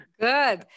Good